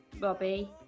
Bobby